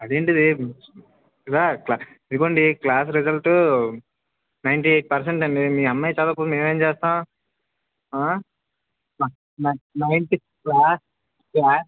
అదేంటిది ఇలా ఇగోండి class result ninety eight percent అండి మీ అమ్మాయి చదవకపోతే మేమేమి చేస్తాము నైన్త్ క్లాస్